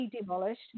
demolished